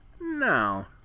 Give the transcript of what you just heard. No